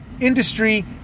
industry